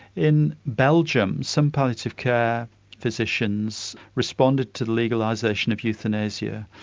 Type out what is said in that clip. in belgium, some palliative care physicians responded to the legalisation of euthanasia,